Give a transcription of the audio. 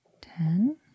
Ten